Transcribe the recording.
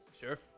Sure